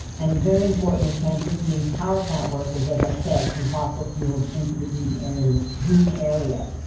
and and very importantly transitioning power plant workers, as i said, from fossil fuels into the green area, green area.